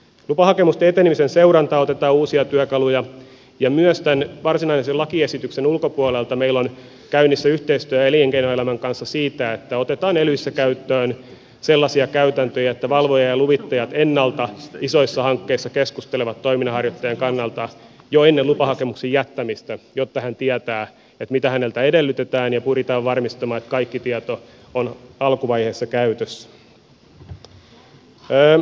lupahakemusten etenemisen seurantaan otetaan uusia työkaluja ja myös tämän varsinaisen lakiesityksen ulkopuolelta meillä on käynnissä yhteis työ elinkeinoelämän kanssa siitä että otetaan elyissä käyttöön sellaisia käytäntöjä että valvojat ja luvittajat ennalta isoissa hankkeissa keskustelevat toiminnanharjoittajan kanssa jo ennen lupahakemuksen jättämistä jotta hän tietää mitä häneltä edellytetään ja pyritään varmistamaan että kaikki tieto on alkuvaiheessa käytössä